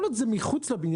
כל עוד זה מחוץ לבניין,